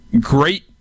great